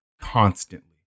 constantly